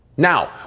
Now